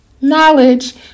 Knowledge